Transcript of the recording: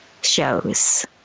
shows